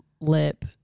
lip